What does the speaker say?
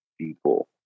People